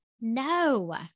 No